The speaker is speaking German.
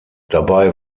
dabei